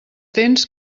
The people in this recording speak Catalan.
tens